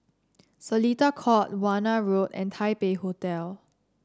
Seletar Court Warna Road and Taipei Hotel